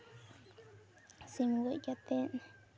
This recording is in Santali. ᱥᱤᱢ ᱜᱚᱡ ᱠᱟᱛᱮ